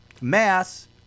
mass